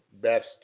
best